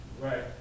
Right